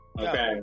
Okay